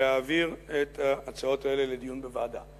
להעביר את ההצעות האלה לדיון בוועדה.